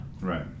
Right